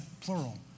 plural